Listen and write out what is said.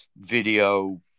video